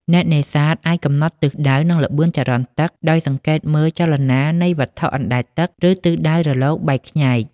អ្នកនេសាទអាចកំណត់ទិសដៅ និងល្បឿនចរន្តទឹកដោយសង្កេតមើលចលនានៃវត្ថុអណ្តែតទឹក ឬទិសដៅរលកបែកខ្ញែក។